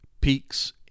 peaks